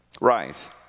Rise